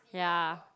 ya